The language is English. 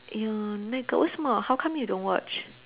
ya 那个为什么 how come you don't watch